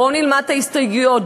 בואו נלמד את ההסתייגויות,